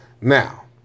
Now